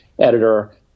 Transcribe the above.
editor